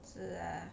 是啊